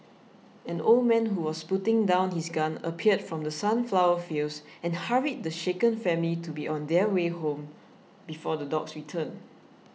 an old man who was putting down his gun appeared from the sunflower fields and hurried the shaken family to be on their way home before the dogs return